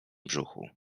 brzuchu